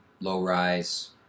low-rise